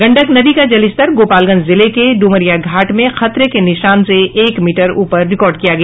गंडक नदी का जलस्तर गोपालगंज जिले के ड्मरिया घाट में खतरे के निशान से एक मीटर ऊपर रिकार्ड किया गया